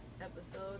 episode